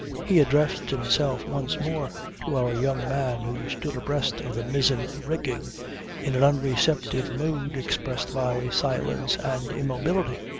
he addressed himself once more to our young man who stood abreast of the mizzen rigging in an unreceptive mood expressed by silence and immobility.